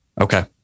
Okay